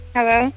Hello